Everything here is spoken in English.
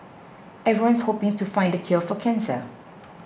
everyone's hoping to find the cure for cancer